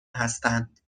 هستند